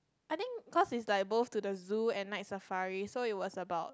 I think cause is like both to the zoo and Night-Safari so it was about